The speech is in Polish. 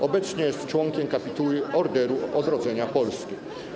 Obecnie jest członkiem Kapituły Orderu Odrodzenia Polski.